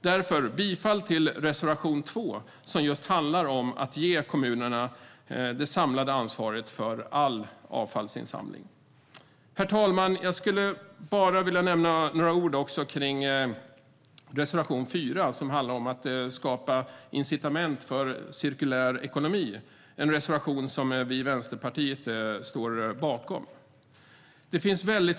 Därför yrkar jag bifall till reservation 2 som handlar om att ge kommunerna det samlade ansvaret för all avfallsinsamling. Herr talman! Jag ska också säga några ord om Vänsterpartiets reservation 4 om att skapa incitament för cirkulär ekonomi.